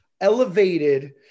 elevated